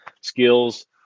skills